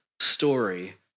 story